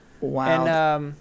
Wow